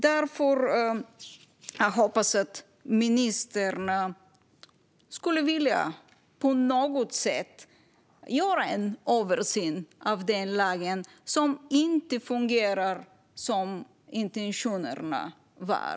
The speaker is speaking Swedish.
Jag hoppas därför att ministern på något sätt vill göra en översyn av denna lag, som inte fungerar som intentionerna var.